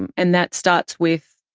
and and that starts with,